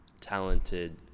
talented